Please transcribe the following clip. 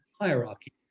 hierarchy